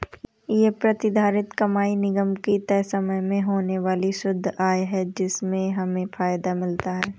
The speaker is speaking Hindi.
ये प्रतिधारित कमाई निगम की तय समय में होने वाली शुद्ध आय है जिससे हमें फायदा मिलता है